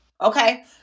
Okay